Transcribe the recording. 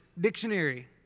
Dictionary